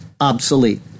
obsolete